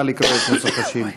נא לקרוא את נוסח השאילתה.